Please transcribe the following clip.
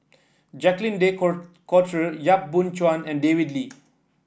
Jacques De Court Coutre Yap Boon Chuan and David Lee